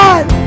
One